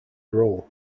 role